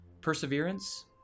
Perseverance